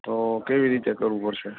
તો કેવી રીતે કરવું પડશે